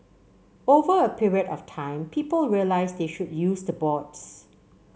over a period of time people realise they should use the boards